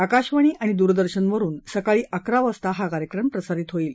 आकाशवाणी आणि दूरदर्शनवरून सकाळी अकरा वाजता हा कार्यक्रम प्रसारित होईल